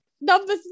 number